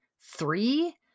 three